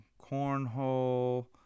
cornhole